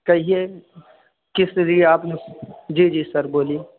کہیے کس لیے آپ نے جی جی سر بولیے